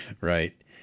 Right